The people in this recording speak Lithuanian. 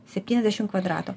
septyniasdešim kvadratų